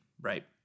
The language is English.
right